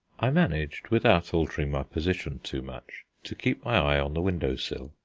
i managed, without altering my position too much, to keep my eye on the window-sill,